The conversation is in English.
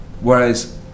Whereas